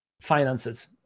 finances